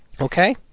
Okay